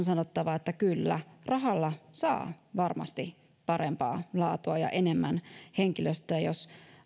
sanottava kyllä rahalla saa varmasti parempaa laatua ja enemmän henkilöstöä jos